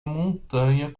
montanha